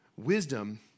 Wisdom